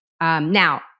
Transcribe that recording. now